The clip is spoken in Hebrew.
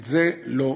את זה לא ניתן.